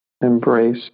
embrace